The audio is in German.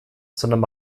sondern